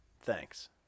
Thanks